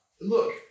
Look